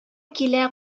килә